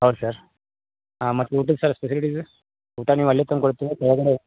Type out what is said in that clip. ಹೌದಾ ಸರ್ ಹಾಂ ಮತ್ತು ಊಟದ್ದು ಸರ್ ಸ್ಪೆಶಲಿಟೀಸು ಊಟ ನೀವು ಅಲ್ಲೇ ತಂದ್ಕೊಡ್ತೀರಾ ಕೆಳಗಡೆ